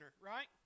right